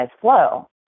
flow